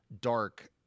dark